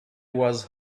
was